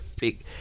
big